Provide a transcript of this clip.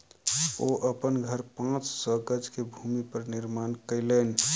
ओ अपन घर पांच सौ गज के भूमि पर निर्माण केलैन